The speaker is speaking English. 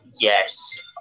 yes